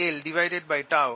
B